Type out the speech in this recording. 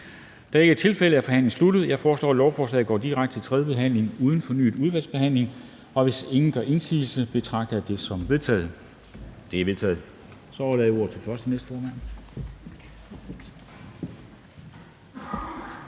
det ikke er tilfældet, er forhandlingen sluttet. Jeg foreslår, at lovforslaget går direkte til tredje behandling uden fornyet udvalgsbehandling. Hvis ingen gør indsigelse, betragter jeg det som vedtaget. Det er vedtaget. --- Det næste punkt